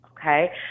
okay